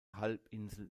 halbinsel